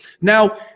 Now